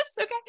okay